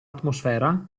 atmosfera